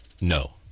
no